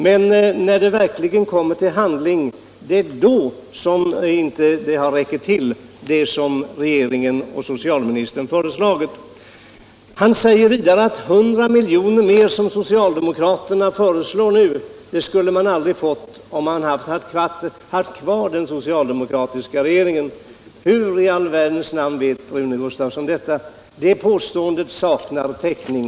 Men när det verkligen kommer till handling, då räcker inte regeringen och socialministern till. Herr Gustavsson säger vidare att 100 milj.kr. mer, som socialdemokraterna nu föreslår, skulle man aldrig ha fått om man hade haft kvar den socialdemokratiska regeringen. Hur i all världens namn vet Rune Gustavsson detta? Det påståendet saknar täckning.